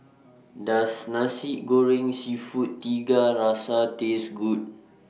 Does Nasi Goreng Seafood Tiga Rasa Taste Good